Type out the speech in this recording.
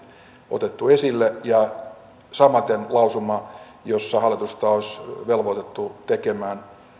otettu esille ja samaten lausumaa jossa hallitusta olisi velvoitettu tekemään